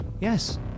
Yes